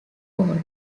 old